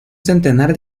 centenar